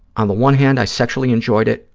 on the one hand i sexually enjoyed it,